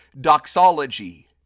doxology